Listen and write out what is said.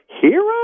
hero